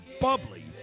bubbly